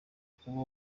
kuba